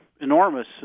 enormous